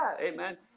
amen